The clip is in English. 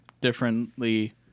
differently